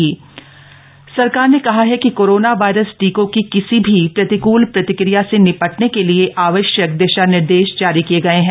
Covid टीका सरकार ने कहा है कि कोरोना वायरस टीकों की किसी भी प्रतिकूल प्रतिक्रिया से नि टने के लिए आवश्यक दिशा निर्देश जारी किए गए हैं